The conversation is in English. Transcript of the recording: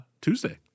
Tuesday